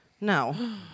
No